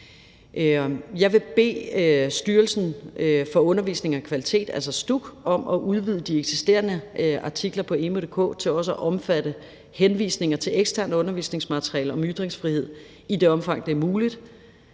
Jeg vil bede Styrelsen for Undervisning og Kvalitet, altså STUK, om at udvide de eksisterende artikler på emu.dk til også at omfatte henvisninger til eksterne undervisningsmaterialer om ytringsfrihed i det omfang, det er muligt.